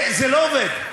זה לא עובד.